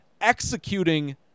executing